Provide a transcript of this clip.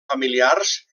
familiars